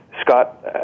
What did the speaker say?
Scott